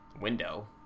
Window